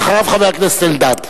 ואחריו, חבר הכנסת אלדד.